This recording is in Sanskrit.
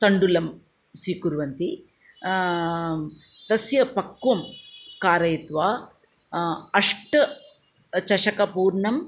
तण्डुलं स्वीकुर्वन्ति तस्य पक्वं कारयित्वा अष्टचषकपूर्णम्